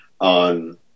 on